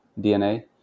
DNA